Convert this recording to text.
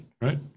Right